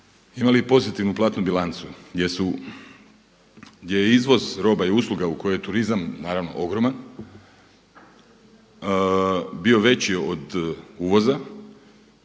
imali pozitivnu platnu bilancu gdje je izvoz roba i usluga koje turizam naravno ogroman bio veći od uvoza,